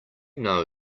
know